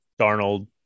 Darnold